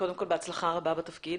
קודם כל, הצלחה רבה בתפקיד,